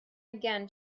again